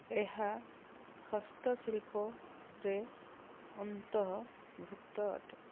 ଏହା ହସ୍ତଶିଳ୍ପରେ ଅନ୍ତର୍ଭୁକ୍ତ ଅଟେ